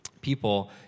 people